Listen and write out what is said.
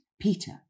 Peter